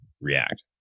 React